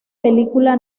película